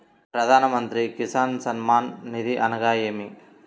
ప్రధాన మంత్రి కిసాన్ సన్మాన్ నిధి అనగా ఏమి?